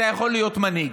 אתה יכול להיות מנהיג.